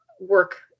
work